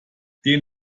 den